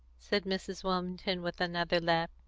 said mrs. wilmington, with another laugh,